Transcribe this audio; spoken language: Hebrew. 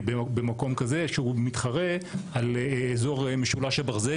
במקום כזה שהוא מתחרה על אזור משולש הברזל,